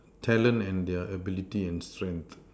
talent and their ability and strength